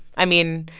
i mean,